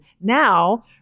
now